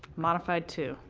modified two.